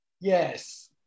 Yes